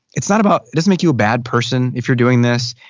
it's not about, it doesn't make you a bad person if you're doing this.